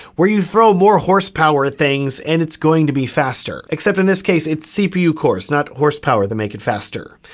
where you throw more horsepower things and it's going to be faster, except in this case it's cpu core, it's not horsepower that make it faster.